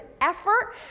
effort